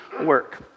work